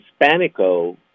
Hispanico